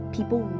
People